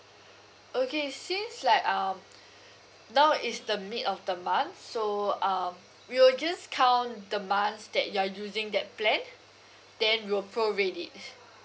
okay since like um now is the mid of the month so um we will just count the months that you're using that plan then we'll prorate it